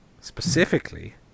specifically